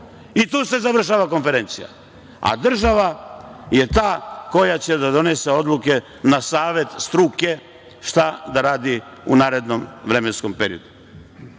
I tu se završava konferencija. Država je ta koja će da donese odluke na savet struke šta da radi u narednom vremenskom